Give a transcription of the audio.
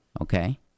Okay